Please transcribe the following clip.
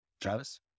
Travis